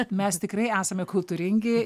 kad mes tikrai esame kultūringi